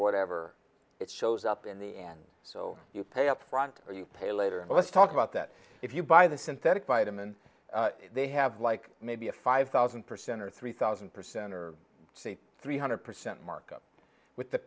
whatever it shows up in the end so you pay up front or you pay later and let's talk about that if you buy the synthetic buy them and they have like maybe a five thousand percent or three thousand percent or three hundred percent markup with the